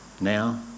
now